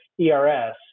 ERS